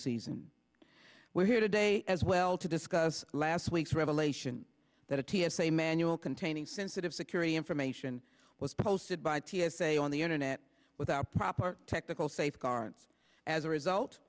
season we're here today as well to discuss last week's revelation that a t s a manual containing sensitive security information was posted by t s a on the internet without proper technical safeguards as a result